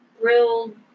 grilled